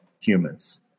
humans